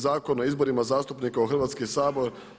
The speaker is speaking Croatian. Zakona o izborima zastupnika u Hrvatski sabor.